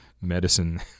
medicine